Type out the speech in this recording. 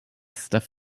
stuff